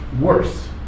worse